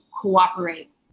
cooperate